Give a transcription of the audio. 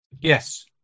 Yes